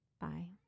Bye